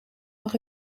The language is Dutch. mag